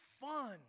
fun